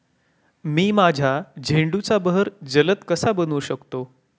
मी माझ्या झेंडूचा बहर जलद कसा बनवू शकतो?